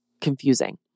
confusing